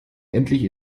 endlich